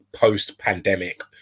post-pandemic